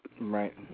Right